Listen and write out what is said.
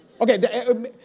Okay